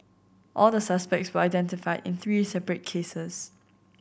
all the suspects were identified in three separate cases